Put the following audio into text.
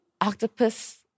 octopus